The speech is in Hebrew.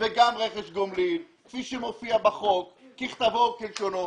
וגם רכש גומלין כפי שמופיע בחוק ככתבו וכלשונו,